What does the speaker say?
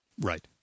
Right